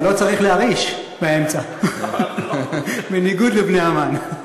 אבל לא צריך להרעיש באמצע, בניגוד לבני המן.